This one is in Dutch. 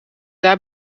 daar